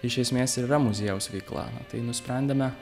iš esmės ir yra muziejaus veikla tai nusprendėme